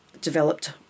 developed